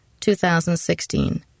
2016